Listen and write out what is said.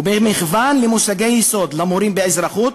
וב"מחוון למושגי יסוד למורים באזרחות"